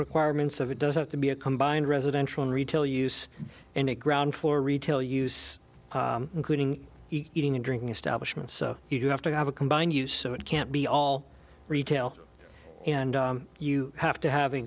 requirements of it does have to be a combined residential and retail use and ground floor retail use including eating and drinking establishments so you do have to have a combined use so it can't be all retail and you have to have